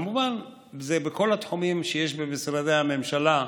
כמובן שזה בכל התחומים שיש במשרדי הממשלה,